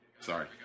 Sorry